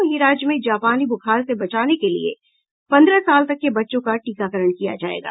वहीं राज्य में जापानी बुखार से बचाने के लिए पन्द्रह साल तक के बच्चों का टीकाकरण किया जायेगा